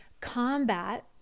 combat